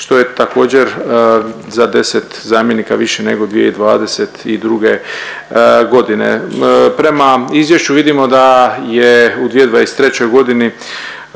što je također za 10 zamjenika više nego 2022.g.. Prema izvješću vidimo da je u 2023. bilo